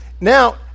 Now